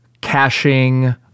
caching